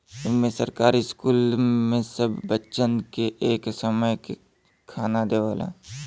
इम्मे सरकार स्कूल मे सब बच्चन के एक समय के खाना देवला